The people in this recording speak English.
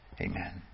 Amen